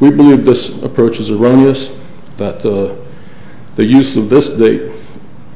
we believe this approach is erroneous that the use of this they